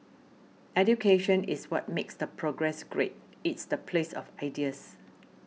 education is what makes the progress great it's the place of ideas